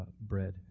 bread